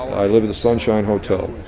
i live at the sunshine hotel.